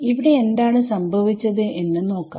ഇവിടെ എന്താണ് സംഭവിച്ചത് എന്ന് നോക്കാം